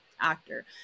actor